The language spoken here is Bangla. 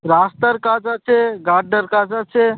রাস্তার কাজ আছে গাড্ডার কাজ আছে